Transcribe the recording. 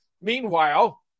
Meanwhile